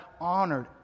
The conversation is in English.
honored